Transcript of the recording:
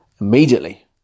immediately